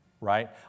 Right